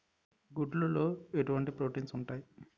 గుడ్లు లో ఎటువంటి ప్రోటీన్స్ ఉంటాయి?